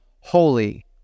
holy